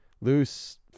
Loose